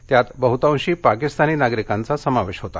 यात बह्तांशी पाकिस्तानी नागरिकांचा समावेश होता